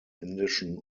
indischen